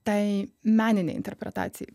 tai meninei interpretacijai